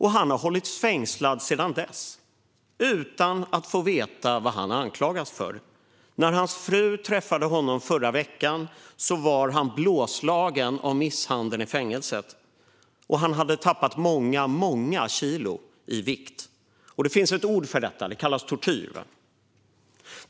Han har hållits fängslad sedan dess utan att få veta vad han anklagas för. När hans fru träffade honom förra veckan var han blåslagen av misshandeln i fängelset och hade tappat många kilo i vikt. Det finns ett ord för detta. Det kallas tortyr.